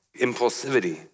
impulsivity